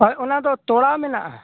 ᱦᱳᱭ ᱚᱱᱟ ᱫᱚ ᱛᱚᱲᱟ ᱢᱮᱱᱟᱜᱼᱟ